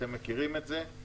אתם מכירים את זה.